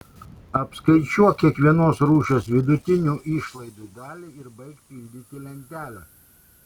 apskaičiuok kiekvienos rūšies vidutinių išlaidų dalį ir baik pildyti lentelę